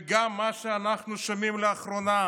וגם מה שאנחנו שומעים לאחרונה,